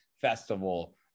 festival